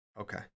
Okay